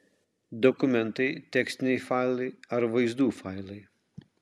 dokumentai tekstiniai failai ar vaizdų failai